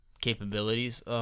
capabilities